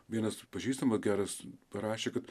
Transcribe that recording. vienas pažįstamas geras parašė kad